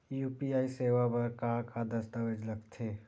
UPI सेवा बर का का दस्तावेज लगथे?